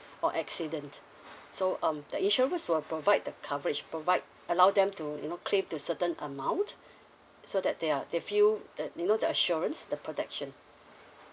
or accident so um the insurance will provide the coverage provide allow them to you know claim to certain amount so that they uh they feel uh you know the assurance the protection